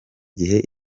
gihe